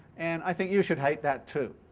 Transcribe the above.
and i think you should hate that, too,